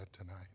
tonight